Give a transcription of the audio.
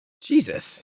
Jesus